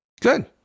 good